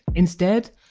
instead,